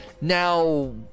Now